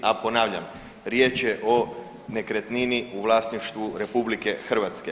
A ponavljam, riječ je o nekretnini u vlasništvu RH.